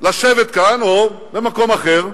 לשבת כאן או במקום אחר,